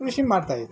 ಕೃಷಿ ಮಾಡ್ತಾ ಇದ್ದಾರೆ